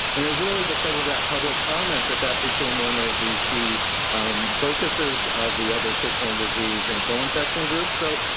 and it was really because of that public comment that that became one of the key focuses of the other tick-borne disease and co-infections group. so,